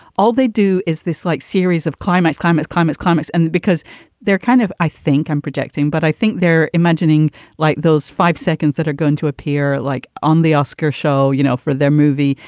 all they do is this like series of climax, climax, climate comics. and because they're kind of i think i'm projecting, but i think they're imagining like those five seconds that are going to appear like on the oscar show, you know, for their movie.